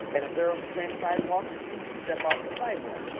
and if they're on the same sidewalk as you, you step off the sidewalk.